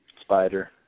spider